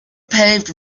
paved